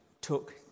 took